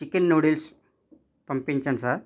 chicken noodles పంపించండి sir